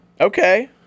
Okay